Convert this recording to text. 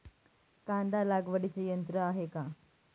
कांदा लागवडीचे यंत्र आहे का?